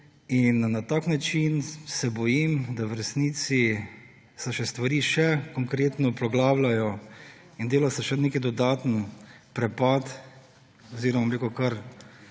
Na tak način se bojim, da v resnici se stvari še konkretno poglabljajo in dela se še nek dodaten prepad oziroma kar